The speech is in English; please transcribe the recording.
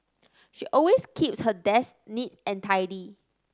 she always keeps her desk neat and tidy